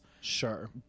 Sure